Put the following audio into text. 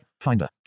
Finder